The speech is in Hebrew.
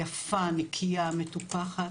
היפה, הנקייה, המטופחת.